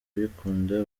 kuyikunda